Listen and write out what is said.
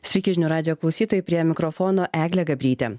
sveiki žinių radijo klausytojai prie mikrofono eglė gabrytė